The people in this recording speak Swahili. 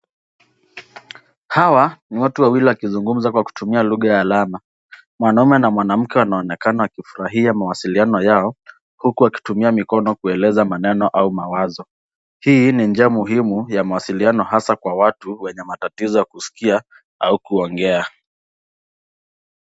Hawa ni watu wawili wakizungumza kwa kutumia lugha ya alama. Mwanamume na mwanamke wanaonekana wakifurahia mawasiliano yao huku wakitumia mikono kueleza maneno au mawazo. Hii ni njia muhimu ya mawasiliano hasa kwa watu wenye matatizo ya kuskia au kuongea.